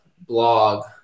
blog